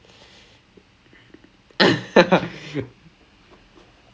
எடுத்துட்டு இருந்தோம்:eduthuttu irunthoam is we would like learn